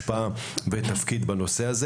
השפעה ותפקיד בנושא הזה